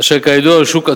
אשר כידוע הוא שוק עצום,